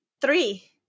three